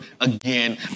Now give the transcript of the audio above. again